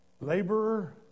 laborer